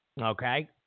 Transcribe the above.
Okay